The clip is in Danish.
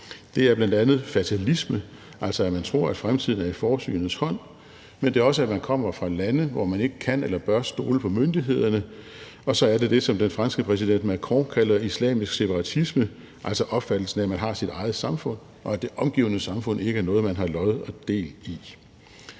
Det er bl.a. fatalisme, altså at man tror, at fremtiden er i forsynes hånd, men det er også, at man kommer fra lande, hvor man ikke kan eller bør stole på myndighederne, og så er det det, som den franske præsident Macron kalder islamisk separatisme, altså opfattelsen af, at man har sit eget samfund, og at det omgivende samfund ikke er noget, som man har lod og del i.